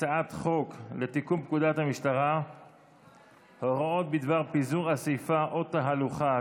הצעת חוק לתיקון פקודת המשטרה (הוראות בדבר פיזור אספה או תהלוכה),